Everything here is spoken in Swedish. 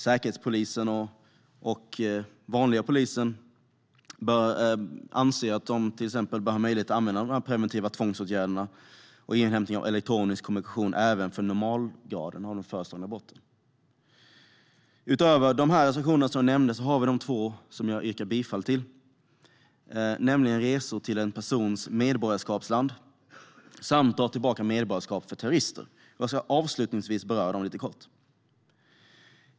Säkerhetspolisen och vanliga polisen bör ha möjlighet att använda preventiva tvångsåtgärder och inhämta elektronisk kommunikation även för normalgraden av de föreslagna brotten. Utöver de reservationer som jag nämnde har vi de två som jag yrkade bifall till, nämligen de som handlar om resor till en persons medborgarskapsland samt att dra tillbaka medborgarskap för terrorister. Jag ska avslutningsvis beröra dem lite kort.